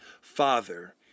father